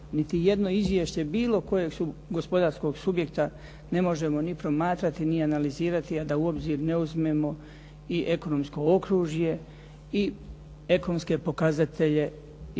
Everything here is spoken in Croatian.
niti jedno izvješće bilo kojeg gospodarskog subjekta ne možemo ni promatrati, ni analizirati a da u obzir ne uzmemo i ekonomsko okružje i ekonomske pokazatelje iz